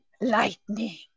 lightning